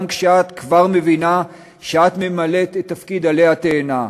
גם כשאת כבר מבינה שאת ממלאת את תפקיד עלה התאנה.